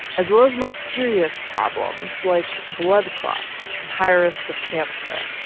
as well as more serious problems like blood clots high risk of cancer.